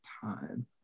time